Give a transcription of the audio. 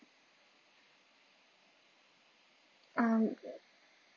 um